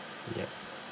yup